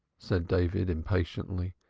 said david impatiently.